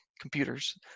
computers